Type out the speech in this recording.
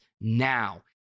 now